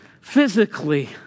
physically